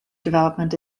development